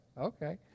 okay